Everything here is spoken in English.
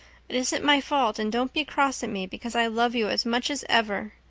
it isn't my fault and don't be cross at me, because i love you as much as ever.